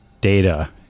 data